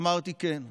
אמרתי: כן.